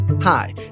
Hi